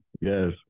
Yes